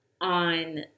on